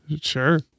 Sure